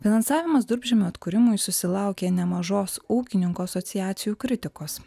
finansavimas durpžemio atkūrimui susilaukė nemažos ūkininkų asociacijų kritikos